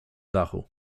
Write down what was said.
dachu